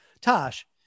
Tosh